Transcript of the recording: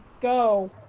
go